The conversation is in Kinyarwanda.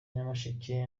nyamasheke